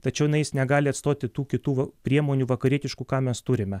tačiau na jis negali atstoti tų kitų priemonių vakarietiškų ką mes turime